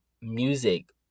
music